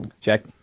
Jack